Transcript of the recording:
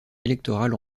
électorale